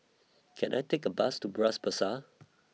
Can I Take A Bus to Bras Basah